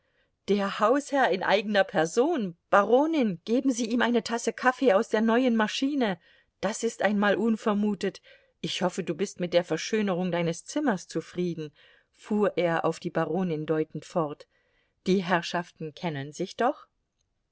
der hausherr in eigener person baronin geben sie ihm eine tasse kaffee aus der neuen maschine das ist einmal unvermutet ich hoffe du bist mit der verschönerung deines zimmers zufrieden fuhr er auf die baronin deutend fort die herrschaften kennen sich doch